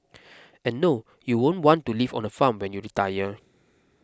and no you won't want to live on a farm when you retire